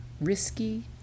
risky